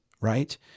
right